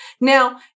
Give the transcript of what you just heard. Now